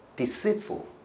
Deceitful